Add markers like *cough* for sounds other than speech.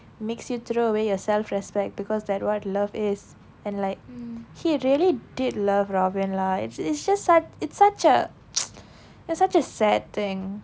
makes you throw away your self respect because that what love is and like he really did love robin lah it's it's just such it's such a *noise* is such a sad thing